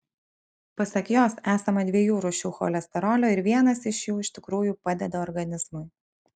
pasak jos esama dviejų rūšių cholesterolio ir vienas iš jų iš tikrųjų padeda organizmui